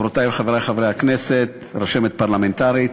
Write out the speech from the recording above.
חברותי וחברי חברי הכנסת, רשמת פרלמנטרית,